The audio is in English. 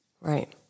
Right